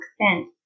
extent